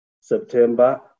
September